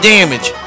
Damage